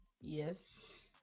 yes